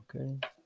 Okay